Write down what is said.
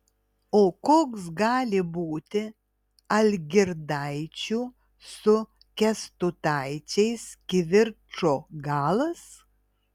o koks gali būti algirdaičių su kęstutaičiais kivirčo galas